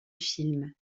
film